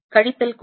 கழித்தல் குறி